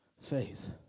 Faith